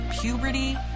puberty